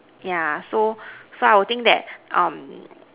yeah so so I would think that um